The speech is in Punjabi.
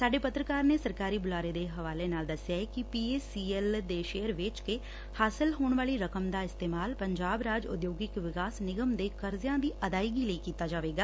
ਸਾਡੇ ਪੱਤਰਕਾਰ ਨੇ ਸਰਕਾਰੀ ਬੁਲਾਰੇ ਦੇ ਹਵਾਲੇ ਨਾਲ ਦਸਿਆ ਕਿ ਪੀ ਏ ਸੀ ਐਲ ਦੇ ਸ਼ੇਅਰ ਵੇਚ ਕੇ ਹਾਸਲ ਹੋਣ ਵਾਲੀ ਰਕਮ ਦਾ ਇਸਤੇਮਾਲ ਪੰਜਾਬ ਰਾਜ ਉਦਯੋਗਿਕ ਵਿਕਾਸ ਨਿਗਮ ਦੇ ਕਰਜ਼ਿਆ ਦੀ ਅਦਾਇਗੀ ਲਈ ਕੀਤਾ ਜਾਵੇਗਾ